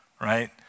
right